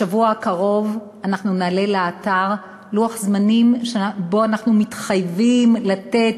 בשבוע הקרוב אנחנו נעלה לאתר לוח זמנים שבו אנחנו מתחייבים לתת,